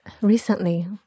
recently